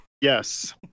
Yes